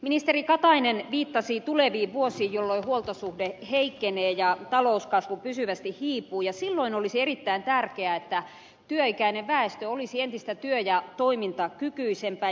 ministeri katainen viittasi tuleviin vuosiin jolloin huoltosuhde heikkenee ja talouskasvu pysyvästi hiipuu ja silloin olisi erittäin tärkeää että työikäinen väestö olisi entistä työ ja toimintakykyisempää